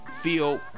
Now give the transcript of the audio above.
feel